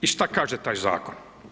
I šta kaže taj Zakon?